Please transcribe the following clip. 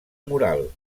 moral